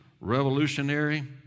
revolutionary